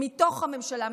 מתוך הממשלה,